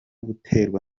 guterwa